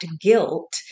guilt